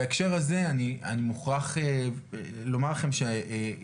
בהקשר הזה אני מוכרח לומר לכם שהתפרצתם,